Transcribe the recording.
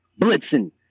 blitzing